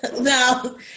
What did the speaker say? No